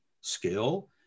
skill